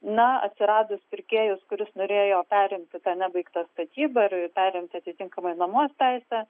na atsiradus pirkėjui kuris norėjo perimti tą nebaigtą statybą ir perimti atitinkamai nuomos teisę